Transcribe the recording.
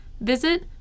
visit